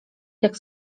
jak